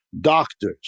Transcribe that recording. doctors